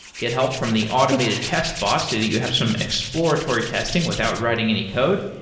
get help from the automated test bots so that you have some exploratory testing without writing any code.